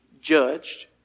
judged